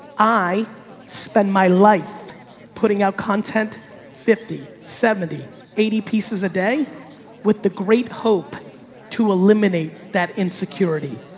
i spend my life putting out content fifty seventy eighty pieces a day with the great hope to eliminate that insecurity,